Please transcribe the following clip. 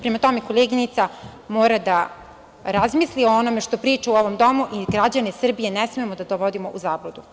Prema tome, koleginica mora da razmisli o onome što priča u ovom domu i građane Srbije ne smemo da dovodimo u zabludu.